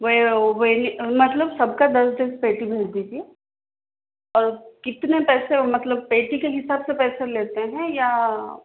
वेनि मतलब सबका दस दस पेटी भेज़ दीजिए और कितने पैसे वो मतलब पेटी के हिसाब से पैसे लेते हैं या आप